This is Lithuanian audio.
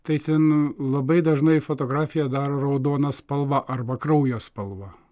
tai ten labai dažnai fotografiją daro raudona spalva arba kraujo spalva